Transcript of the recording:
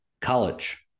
college